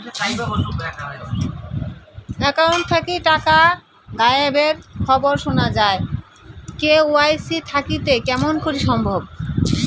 Account থাকি টাকা গায়েব এর খবর সুনা যায় কে.ওয়াই.সি থাকিতে কেমন করি সম্ভব?